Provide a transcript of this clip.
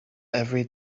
every